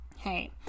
hey